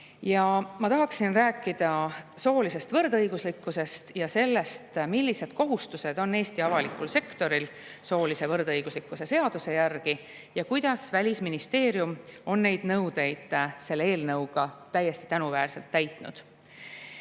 Ma tahaksin rääkida soolisest võrdõiguslikkusest ja sellest, millised kohustused on Eesti avalikul sektoril soolise võrdõiguslikkuse seaduse järgi ja kuidas Välisministeerium neid nõudeid selle eelnõuga tänuväärselt